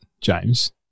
James